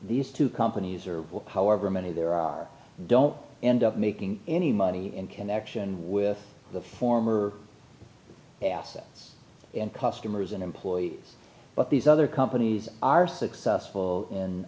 these two companies or however many there are don't end up making any money in connection with the former assets and customers and employees but these other companies are successful in